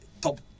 top